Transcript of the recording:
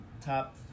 top